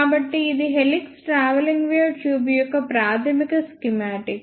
కాబట్టి ఇది helix travelling wave tube యొక్క ప్రాథమిక స్కిమాటిక్